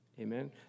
Amen